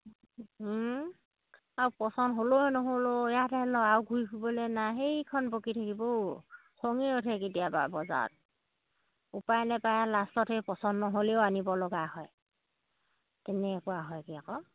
আৰু পচন্দ হ'লেও নহ'লেও ইয়াতে ল আৰু ঘূৰি ফুৰিবলৈ নাই সেইখন বকি থাকিব অও খঙেই উঠে কেতিয়াবা বজাৰত উপায় নেপায় আৰু লাষ্টত সেই পচন্দ নহ'লেও আনিব লগা হয় তেনেকুৱা হয়গৈ আকৌ